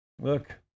Look